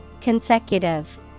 Consecutive